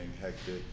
hectic